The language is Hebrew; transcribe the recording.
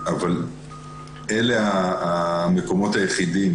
אלה המקומות היחידים